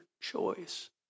choice